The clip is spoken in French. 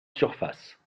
surface